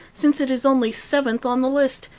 since it is only seventh on the list,